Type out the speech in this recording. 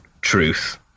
truth